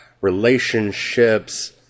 relationships